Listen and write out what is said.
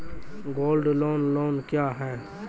Gold loan loan क्या हैं?